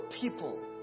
people